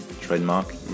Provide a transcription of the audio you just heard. trademark